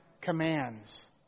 commands